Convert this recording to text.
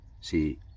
See